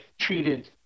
treated